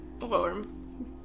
Warm